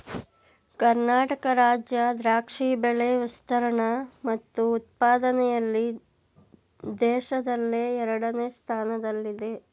ಕರ್ನಾಟಕ ರಾಜ್ಯ ದ್ರಾಕ್ಷಿ ಬೆಳೆ ವಿಸ್ತೀರ್ಣ ಮತ್ತು ಉತ್ಪಾದನೆಯಲ್ಲಿ ದೇಶದಲ್ಲೇ ಎರಡನೇ ಸ್ಥಾನದಲ್ಲಿದೆ